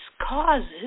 causes